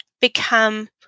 become